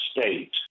State